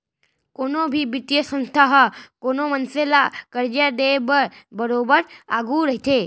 कोनो भी बित्तीय संस्था ह कोनो मनसे ल करजा देय बर बरोबर आघू रहिथे